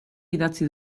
idatzi